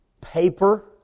paper